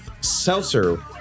seltzer